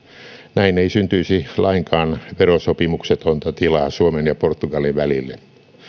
näin ei syntyisi lainkaan verosopimuksetonta tilaa suomen ja portugalin välille